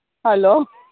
hello